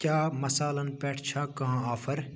کیٛاہ مصالن پٮ۪ٹھ چھا کانٛہہ آفر